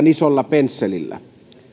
liian isolla pensselillä